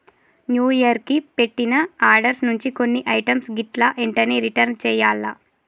new year కి పెట్టిన orders నుంచి కొన్ని ఐటమ్స్ గిట్లా ఎంటనే రిటర్న్ చెయ్యాల్ల